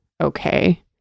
okay